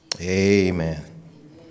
amen